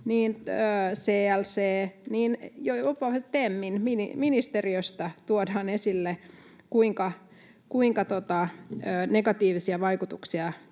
CLC:stä kuin jopa TEMistä tuodaan esille, kuinka negatiivisia vaikutuksia